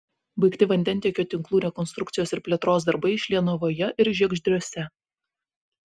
baigti vandentiekio tinklų rekonstrukcijos ir plėtros darbai šlienavoje ir žiegždriuose